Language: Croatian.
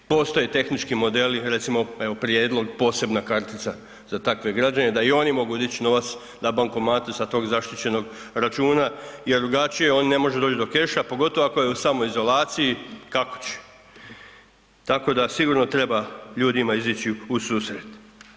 Postoje tehnički modeli, recimo evo prijedlog, posebna kartica za takve građane da i oni mogu dići novac na bankomatu sa tog zaštićenog računa jer drugačije on ne može doći do keša, pogotovo ako se u samoizlozaciji kako će, tako da sigurno ljudima treba izići u susret.